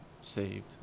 saved